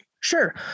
Sure